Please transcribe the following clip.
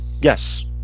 Yes